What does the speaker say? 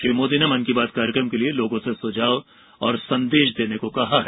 श्री मोदी ने मन की बात कार्यक्रम के लिए लोगों से सुझाव और संदेश देने को कहा है